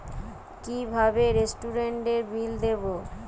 কিভাবে রেস্টুরেন্টের বিল দেবো?